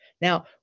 now